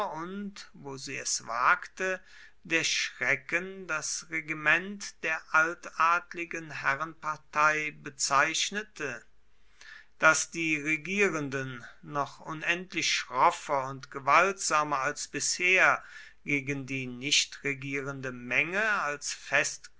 und wo sie es wagte der schrecken das regiment der altadligen herrenpartei bezeichnete daß die regierenden noch unendlich schroffer und gewaltsamer als bisher gegen die nichtregierende menge als